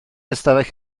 ystafell